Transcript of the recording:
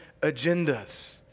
agendas